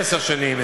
עשר שנים,